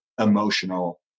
emotional